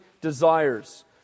desires